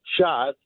shot